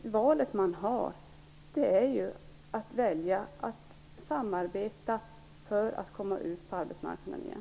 Valet man har är ju att samarbeta för att komma ut på arbetsmarknaden igen.